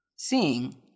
seeing